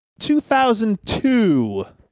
2002